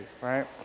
right